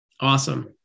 Awesome